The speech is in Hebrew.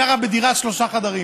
גרה בדירת שלושה חדרים.